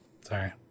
sorry